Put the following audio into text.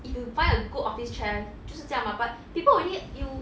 if you find a good office chair 就是这样 mah but people will need you